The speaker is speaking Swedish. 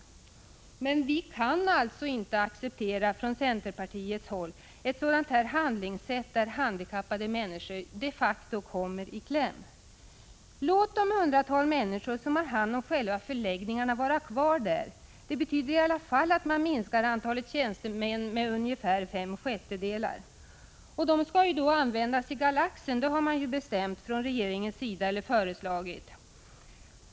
Vi i centerpartiet kan alltså inte acceptera ett sådant handlingssätt där handikappade människor de facto kommer i kläm. Låt det hundratal människor som har haft hand om själva förläggningarna vara kvar! Det betyder i alla fall att man minskar antalet tjänstemän med ungefär fem sjättedelar. Dessa kan då i stället användas i Galaxen, som regeringen föreslagit.